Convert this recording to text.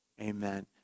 amen